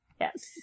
Yes